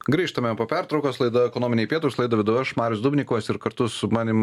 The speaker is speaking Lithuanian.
grįžtame po pertraukos laida ekonominiai pietūs laidą vedu aš marius dubnikovas ir kartu su manim